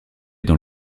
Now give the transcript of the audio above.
dans